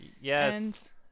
Yes